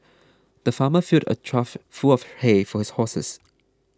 the farmer filled a trough full of hay for his horses